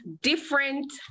different